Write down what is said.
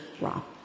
wrong